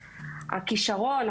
הכישרון,